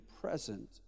present